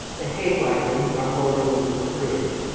the hay wagons are rolling over the bridge,